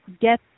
get